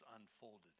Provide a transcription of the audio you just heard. unfolded